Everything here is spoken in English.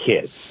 kids